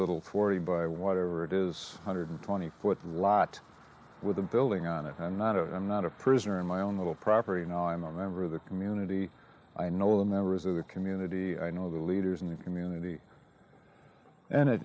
little forty by whatever it is hundred twenty fourth lot with a building on a home not of i'm not a prisoner in my own little property you know i'm a member of the community i know the members of the community i know the leaders in the community and